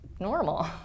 Normal